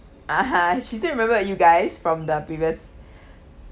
ah ha she still remember you guys from the previous